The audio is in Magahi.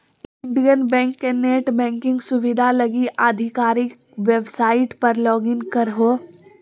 इंडियन बैंक के नेट बैंकिंग सुविधा लगी आधिकारिक वेबसाइट पर लॉगिन करहो